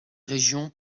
région